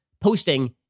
posting